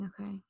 Okay